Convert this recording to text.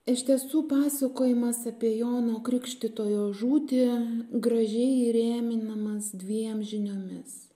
iš tiesų pasakojimas apie jono krikštytojo žūtį gražiai įrėminamas dviem žiniomis